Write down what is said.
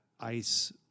ice